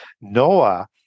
Noah